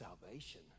salvation